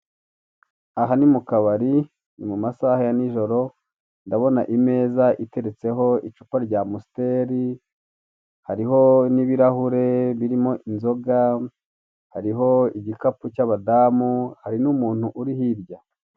Aha ni mu kabari ni mu masaha ya nijoro ndabona imeza iteretseho icupa ry'amusiteri, hariho n'ibirahure biriho inzoga, hariho igikapu cy'abadamu hariho n'umuntu uri hirya.